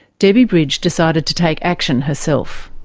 debbie bridge decided to take action herself.